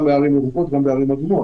גם בערים ירוקות וגם בערים אדומות.